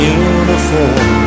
uniform